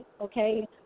okay